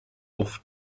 auf